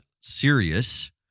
serious